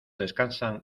descansan